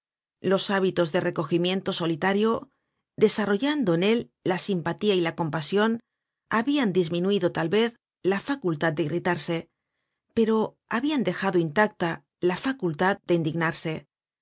los hábitos de recogimiento solitario desarrollando en él la simpatía y la compasion habian disminuido tal vez la facultad de irritarse pero habian dejado intacta la facultad de indignarse